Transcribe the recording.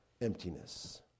Emptiness